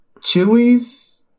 Chilies